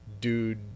dude